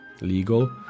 legal